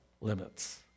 limits